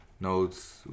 notes